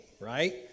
right